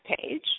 page